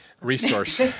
resource